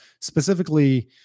specifically